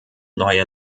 neue